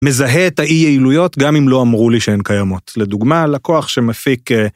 מזהה את האי יעילויות גם אם לא אמרו לי שהן קיימות לדוגמה לקוח שמפיק.